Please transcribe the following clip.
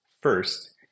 First